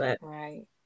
Right